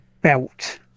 belt